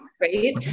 right